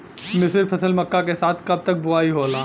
मिश्रित फसल मक्का के साथ कब तक बुआई होला?